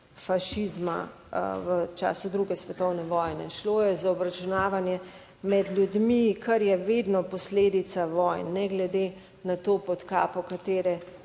fašizma v času II. svetovne vojne. Šlo je za obračunavanje med ljudmi, kar je vedno posledica vojn, ne glede na to, pod kapo